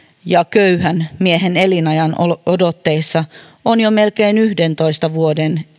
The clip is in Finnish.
ja köyhän miehen elinajanodotteissa on jo melkein yhdentoista vuoden